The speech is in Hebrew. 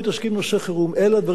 אלה הדברים שאנחנו נותנים עליהם תשובות.